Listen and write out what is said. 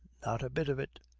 not a bit of it.